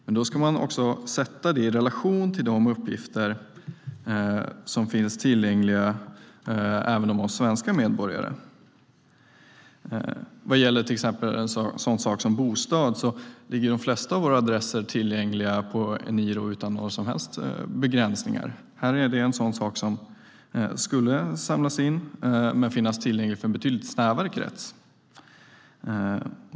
Men det ska sättas i relation till de uppgifter även om oss svenska medborgare som finns tillgängliga. När det gäller till exempel en sådan sak som bostad finns de flesta av våra adresser tillgängliga på Eniro utan några som helst begränsningar. Sådan information skulle samlas in här men finnas tillgänglig för en betydligt snävare krets.